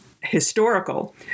historical